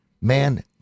man